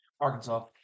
Arkansas